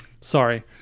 Sorry